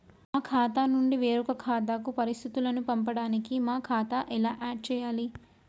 మా ఖాతా నుంచి వేరొక ఖాతాకు పరిస్థితులను పంపడానికి మా ఖాతా ఎలా ఆడ్ చేయాలి?